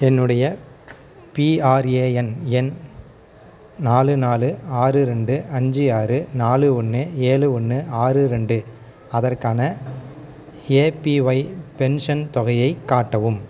என்னுடைய பிஆர்ஏஎன் எண் நாலு நாலு ஆறு ரெண்டு அஞ்சு ஆறு நாலு ஒன்று ஏழு ஒன்று ஆறு ரெண்டு அதற்கான ஏபிஒய் பென்ஷன் தொகையைக் காட்டவும்